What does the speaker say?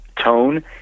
tone